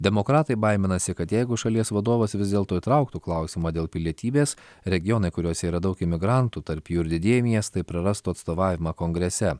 demokratai baiminasi kad jeigu šalies vadovas vis dėlto įtrauktų klausimą dėl pilietybės regionai kuriuose yra daug imigrantų tarp jų ir didieji miestai prarastų atstovavimą kongrese